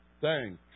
thanks